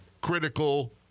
critical